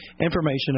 information